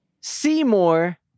Seymour